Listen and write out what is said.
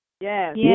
yes